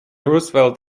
roosevelt